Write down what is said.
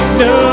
no